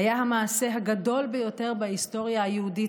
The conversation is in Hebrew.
זה היה המעשה הגדול ביותר בהיסטוריה היהודית,